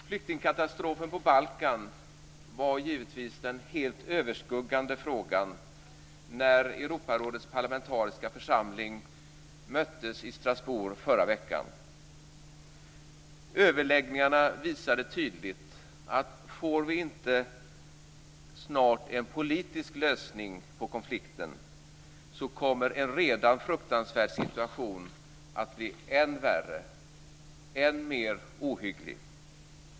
Flyktingkatastrofen på Balkan var givetvis den helt överskuggande frågan när Europarådets parlamentariska församling möttes i Strasbourg förra veckan. Överläggningarna visade tydligt att om vi inte snart får en politisk lösning på konflikten kommer en redan fruktansvärd situation att bli än värre, än mer ohygglig.